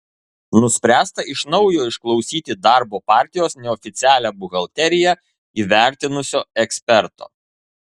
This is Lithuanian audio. nuspręsta iš naujo išklausyti darbo partijos neoficialią buhalteriją įvertinusio eksperto